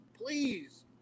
Please